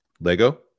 lego